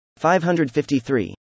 553